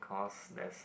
because there's a